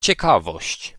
ciekawość